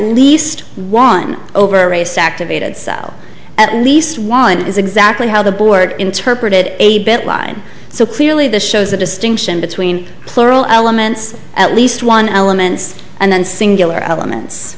least one over a race activated cell at least one is exactly how the board interpreted a bit line so clearly this shows the distinction between plural elements at least one elements and then singular elements